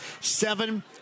Seven